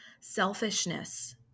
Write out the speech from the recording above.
selfishness